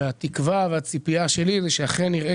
התקווה והציפייה שלי היא שאכן נראה